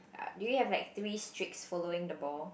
uh do we have like three streaks following the ball